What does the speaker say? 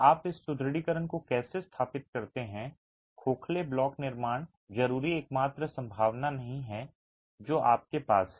आप इस सुदृढीकरण को कैसे स्थापित करते हैं खोखले ब्लॉक निर्माण जरूरी एकमात्र संभावना नहीं है जो आपके पास है